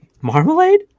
Marmalade